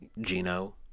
Gino